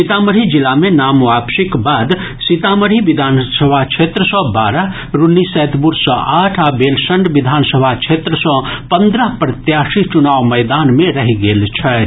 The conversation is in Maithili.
सीतामढ़ी जिला मे नाम वापसीक बाद सीतामढ़ी विधानसभा क्षेत्र सँ बारह रून्नीसैदपुर सँ आठ आ बेलसंड विधानसभा क्षेत्र सँ पन्द्रह प्रत्याशी चुनावी मैदान रहि गेल छथि